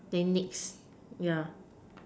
they next yeah